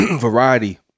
variety